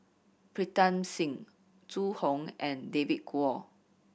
Pritam Singh Zhu Hong and David Kwo